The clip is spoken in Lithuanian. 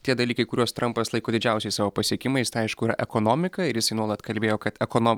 tie dalykai kuriuos trampas laiko didžiausiais savo pasiekimais tai aišku yra ekonomika ir jisai nuolat kalbėjo kad ekono